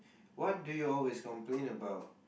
what do you always complain about